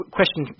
question